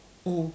mm